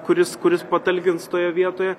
kuris kuris patalkins toje vietoje